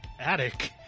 attic